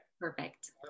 Perfect